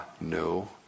no